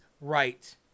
right